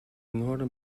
northern